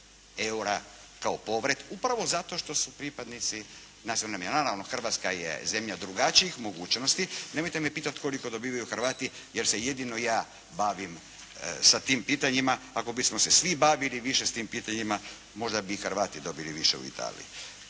eura kao povrat upravo zato što su pripadnici nacionalnih manjina. Naravno, Hrvatska je zemlja drugačijih mogućnosti. Nemojte me pitati koliko dobivaju Hrvati jer se jedino ja bavim sa tim pitanjima. Ako bismo se svi bavili više s tim pitanjima možda bi i Hrvati dobili više u Italiji,